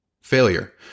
failure